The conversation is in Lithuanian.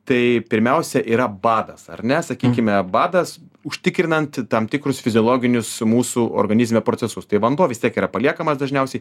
tai pirmiausia yra badas ar ne sakykime badas užtikrinant tam tikrus fiziologinius mūsų organizme procesus tai vanduo vis tiek yra paliekamas dažniausiai